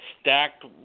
stacked